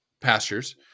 pastures